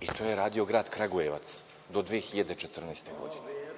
i to je radio grad Kragujevac do 2014. godine. Knjige